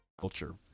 Culture